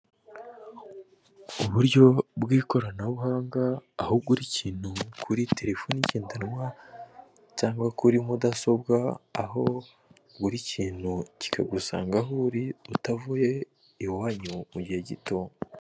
Uburyo bw'ikoranabuhanga aho ugura ikintu kuri terefoni ngendanwa, cyangwa kuri mudasobwa aho ugura ikintu, kikagusanga aho uri utavuye iwanyu mu mugihe gito.